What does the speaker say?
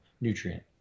nutrient